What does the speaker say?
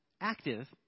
active